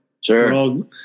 Sure